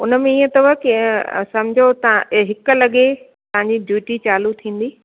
उन में ईअं अथव के समिझो तव्हां हिक लॻे तव्हां जी ड्यूटी चालू थींदी